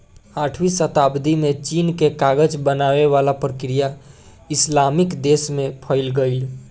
आठवीं सताब्दी में चीन के कागज बनावे वाला प्रक्रिया इस्लामिक देश में फईल गईल